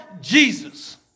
Jesus